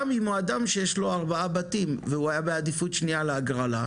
גם אם הוא אדם שיש לו ארבעה בתים והוא היה בעדיפות שניה להגרלה,